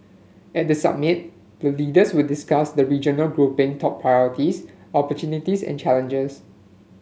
at the summit the leaders will discuss the regional grouping top priorities opportunities and challenges